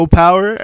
power